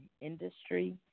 Industry